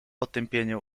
otępienie